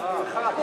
מנחה.